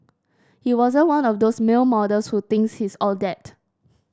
he wasn't one of those male models who thinks he's all that